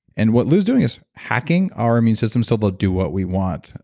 and what lou's doing is hacking our immune system so they'll do what we want.